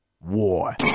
War